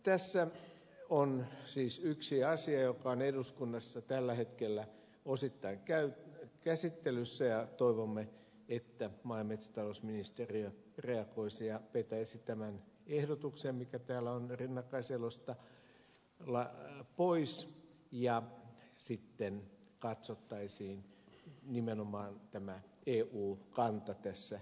tässä on siis yksi asia joka on eduskunnassa tällä hetkellä osittain käsittelyssä ja toivomme että maa ja metsätalousministeriö reagoisi ja vetäisi tämän ehdotuksen mikä täällä on rinnakkaiselosta pois ja sitten katsottaisiin nimenomaan eun kanta tässä ensin